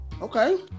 Okay